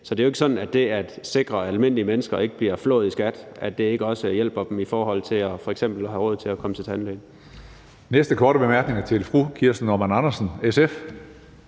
Så det er jo ikke sådan, at det at sikre, at helt almindelige mennesker ikke bliver flået i skat, ikke også hjælper dem i forhold til f.eks. at have råd til at komme til tandlægen.